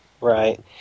Right